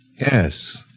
Yes